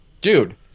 Dude